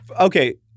Okay